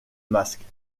masque